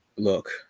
Look